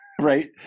right